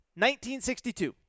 1962